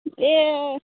ए